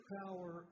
power